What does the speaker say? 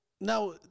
Now